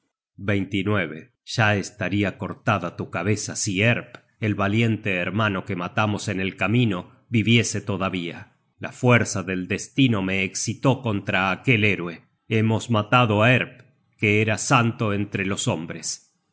razon ya estaria cortada tu cabeza si erp el valiente hermano que matamos en el camino viviese todavía la fuerza del destino me escitó contra aquel héroe hemos matado á erp que era santo entre los hombres